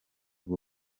bwo